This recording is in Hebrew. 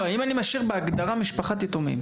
לא,